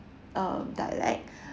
uh dialect